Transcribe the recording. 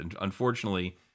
unfortunately